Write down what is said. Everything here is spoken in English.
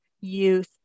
youth